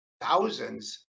thousands